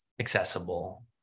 accessible